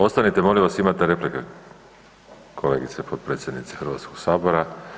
Ostanite molim vas, imate replike, kolegice potpredsjednice Hrvatskog sabora.